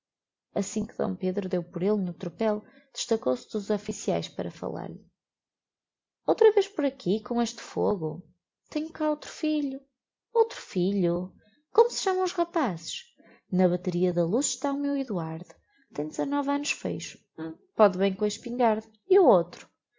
assim que d pedro deu por elle no tropel destacou-se dos officiaes para fallar-lhe outra vez por aqui com este fogo tenho cá outro filho outro filho como se chamam os rapazes na bateria da luz está o meu eduardo tem dezenove annos feitos póde bem com a espingarda e o outro